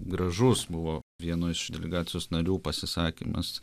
gražus buvo vieno iš delegacijos narių pasisakymas